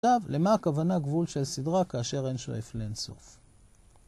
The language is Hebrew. עכשיו, למה הכוונה גבול של סדרה כאשר אין שואף לאין סוף?